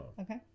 Okay